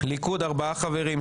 ליכוד ארבעה חברים,